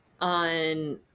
on